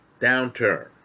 downturn